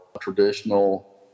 traditional